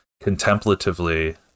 contemplatively